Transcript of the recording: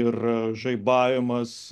ir žaibavimas